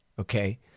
okay